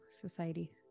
society